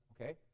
okay